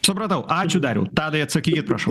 supratau ačiū dariau tadai atsakykit prašau